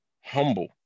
humble